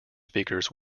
speakers